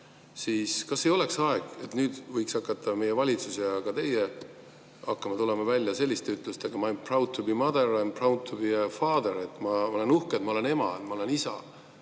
teema. Kas ei oleks aeg, et nüüd võiks meie valitsus ja ka teie hakata tulema välja selliste ütlustegaI'm proud to be a mother, I'm proud to be a father– ma olen uhke, et ma olen ema, [ma olen